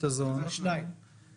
בתשובה לשאלה הספציפית הזאת.